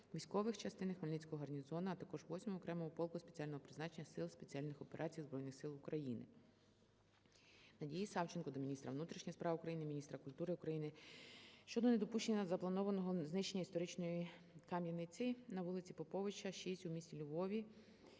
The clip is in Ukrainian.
військових частин Хмельницького гарнізону, а також 8 окремого полку спеціального призначення Сил спеціальних операцій Збройних сил України. Надії Савченко до міністра внутрішніх справ України, міністра культури України щодо недопущення запланованого знищення історичної кам'яниці на вулиці Поповича, 6 у місті Львові